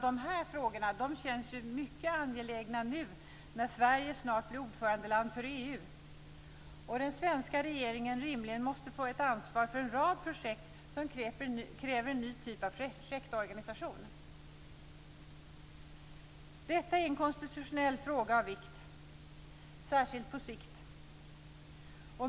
De här frågorna känns ju mycket angelägna nu när Sverige snart blir ordförandeland i EU och den svenska regeringen rimligen måste få ansvar för en rad projekt som kräver en ny typ av projektorganisation. Detta är en konstitutionell fråga av vikt, särskilt på sikt.